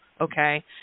Okay